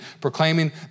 proclaiming